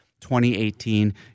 2018